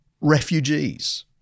refugees